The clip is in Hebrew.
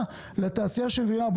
התעשייה לתעשייה שמביאה,